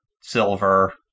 silver